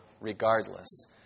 regardless